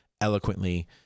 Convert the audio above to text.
eloquently